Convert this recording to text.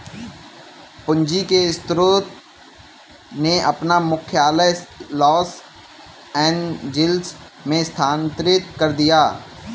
पूंजी के स्रोत ने अपना मुख्यालय लॉस एंजिल्स में स्थानांतरित कर दिया